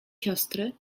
siostry